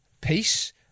peace